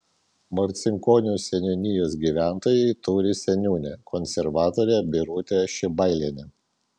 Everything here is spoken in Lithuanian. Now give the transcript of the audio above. marcinkonių seniūnijos gyventojai turi seniūnę konservatorę birutę šibailienę